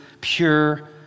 pure